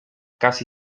casi